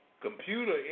computer